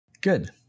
Good